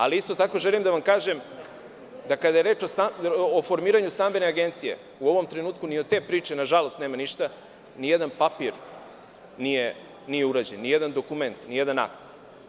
Ali, isto tako želim da vam kažem da, kada je reč o formiranju stambene agencije, u ovom trenutku ni od te priče nažalost nema ništa, nijedan papir nije urađen, nijedan dokument, nijedan akt.